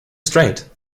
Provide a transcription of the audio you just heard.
straight